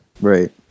Right